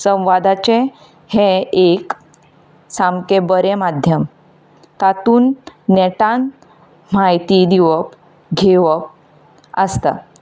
संवादाचें हें एक सामकें बरें माध्यम तातूंत नेटान म्हायती दिवप घेवप आसता